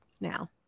now